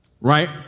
Right